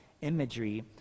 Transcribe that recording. imagery